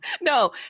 No